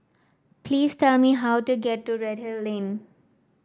please tell me how to get to Redhill Lane